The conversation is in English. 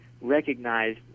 recognize